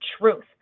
truth